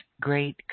great